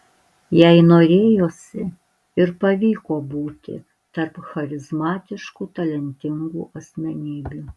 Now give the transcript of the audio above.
jai norėjosi ir pavyko būti tarp charizmatiškų talentingų asmenybių